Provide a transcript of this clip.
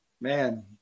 Man